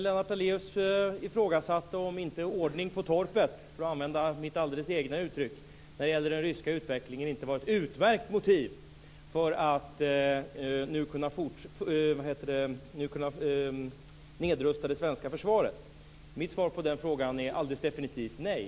Lennart Daléus ifrågasatte om inte ordning på torpet, för att använda mitt alldeles egna uttryck, när det gällde den ryska utvecklingen inte var ett utmärkt motiv för att nu kunna nedrusta det svenska försvaret. Mitt svar på den frågan är alldeles definitivt nej.